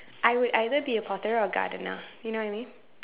I would either be a potterer or gardener you know what I mean